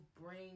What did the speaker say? bring